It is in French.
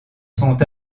sont